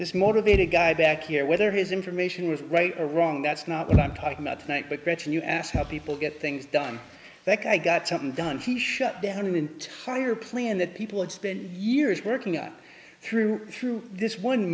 this motivated guy back here whether his information was right or wrong that's not what i'm talking about tonight but gretchen you asked how people get things done that i got something done he shut down an entire plan that people had spent years working on through through this one